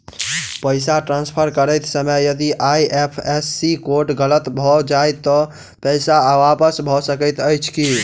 पैसा ट्रान्सफर करैत समय यदि आई.एफ.एस.सी कोड गलत भऽ जाय तऽ पैसा वापस भऽ सकैत अछि की?